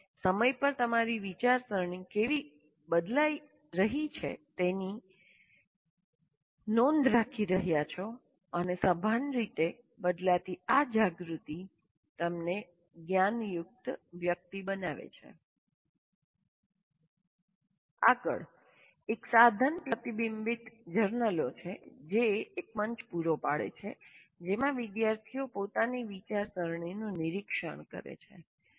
તમે સમય પર તમારી વિચારસરણી કેવી બદલાઈ રહી છે તેની રાખી નોંધ રહ્યા છો અને સભાન રીતે બદલાતી આ જાગૃતિ તમને જ્ઞાનયુક્ત વ્યક્તિ બનાવે છે આગળ એક સાધન પ્રતિબિંબીત જર્નલો છે જે એક મંચ પૂરો પાડે છે જેમાં વિદ્યાર્થીઓ પોતાની વિચારસરણીનું નિરીક્ષણ કરે છે